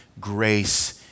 grace